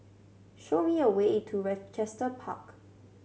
show me a way to Rochester Park